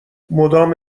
مدام